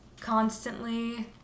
constantly